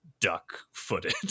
duck-footed